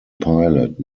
pilot